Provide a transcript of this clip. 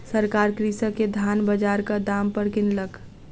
सरकार कृषक के धान बजारक दाम पर किनलक